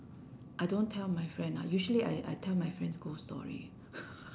I don't tell my friend ah usually I I tell my friends ghost story